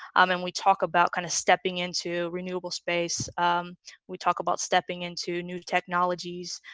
um and we talk about kind of stepping into renewable space we talk about stepping into new technologies.